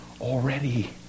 already